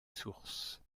sources